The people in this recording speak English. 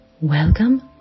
Welcome